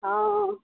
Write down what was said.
हँ